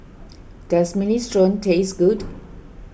does Minestrone taste good